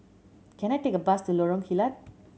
can I take a bus to Lorong Kilat